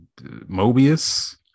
mobius